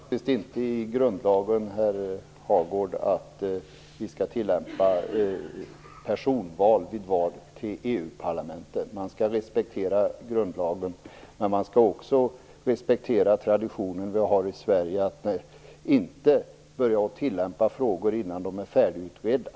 Herr talman! Det står faktiskt inte i grundlagen, herr Hagård, att vi skall tillämpa personval vid val till EU-parlamentet. Man skall respektera grundlagen, men man skall också respektera den tradition vi har i Sverige. Vi skall inte börja tillämpa system som inte är färdigutredda.